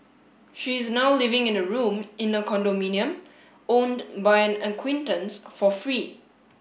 she is now living in a room in a condominium owned by an acquaintance for free